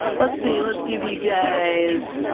let's see, let's give you guys.